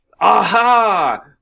aha